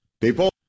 People